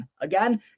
Again